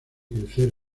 crecer